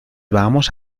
vamos